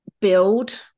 build